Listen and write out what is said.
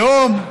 לאום,